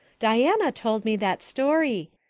diana told me that story.